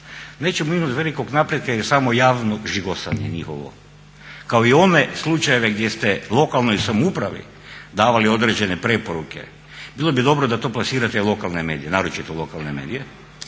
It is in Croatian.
nećemo imati velikog napretka jer je samo javno žigosanje njihovo. Kao i one slučajeve gdje ste lokalnoj samoupravi davali određene preporuke bilo bi dobro da to plasirate u lokalne medije, naročito lokalne medije,